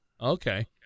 Okay